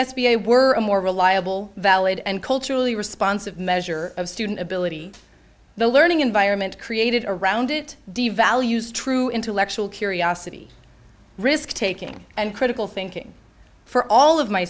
a were a more reliable valid and culturally responsive measure of student ability the learning environment created around it devalues true intellectual curiosity risk taking and critical thinking for all of my